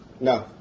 No